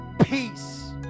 peace